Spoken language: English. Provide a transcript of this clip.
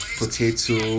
potato